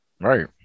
Right